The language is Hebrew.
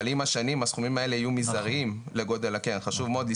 אבל עם השנים הסכומים האלה יהיו מזעריים לגודל הקרן.